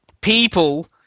people